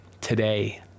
today